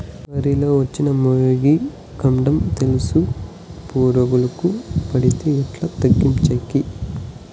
వరి లో వచ్చిన మొగి, కాండం తెలుసు పురుగుకు పడితే ఎట్లా తగ్గించేకి?